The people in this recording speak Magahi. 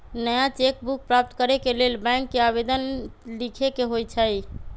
नया चेक बुक प्राप्त करेके लेल बैंक के आवेदन लीखे के होइ छइ